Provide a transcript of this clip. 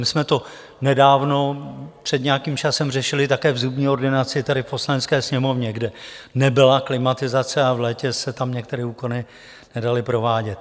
My jsme to nedávno, před nějakým časem, řešili také v zubní ordinaci tady v Poslanecké sněmovně, kde nebyla klimatizace, v létě se tam některé úkony nedaly provádět.